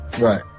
Right